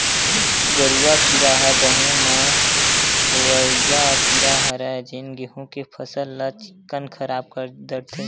गरुआ कीरा ह गहूँ म होवइया कीरा हरय जेन गेहू के फसल ल चिक्कन खराब कर डरथे